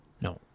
No